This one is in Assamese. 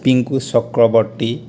পিংকু চক্ৰৱৰ্তী